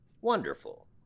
Wonderful